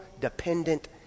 dependent